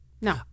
No